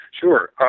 Sure